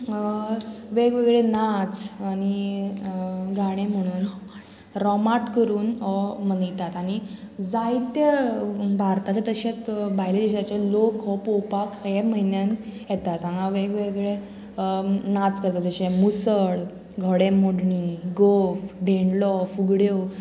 वेगवेगळे नाच आनी गाणें म्हणून रोमाट करून हो मनयतात आनी जायत्या भारताचे तशेंत भायले देशाचे लोक हो पळोवपाक हे म्हयन्यान येतात हांगा वेगवेगळे नाच करतात जशे मुसळ घोडेमोडणी गोफ धेंडलो फुगड्यो